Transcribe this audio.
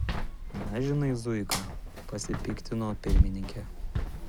na žinai zuika pasipiktino pirmininkė